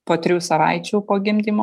po trijų savaičių po gimdymo